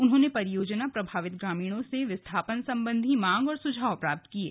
उन्होंने परियोजना प्रभावित ग्रामीणों से विस्थापन सम्बन्धी मांग और सुझाव प्राप्त किये